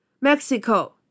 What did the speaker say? Mexico